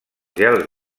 gels